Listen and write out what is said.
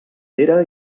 era